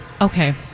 Okay